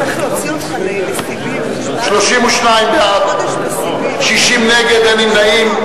32 בעד, 60 נגד, אין נמנעים.